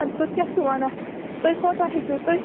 اَدٕ تُہۍ کیٛاہ چھُو وَنان تُہۍ کوتاہ ہیٚکِو تُہۍ